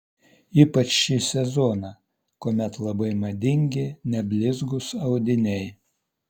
ypač šį sezoną kuomet labai madingi neblizgūs audiniai